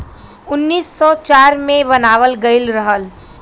उन्नीस सौ चार मे बनावल गइल रहल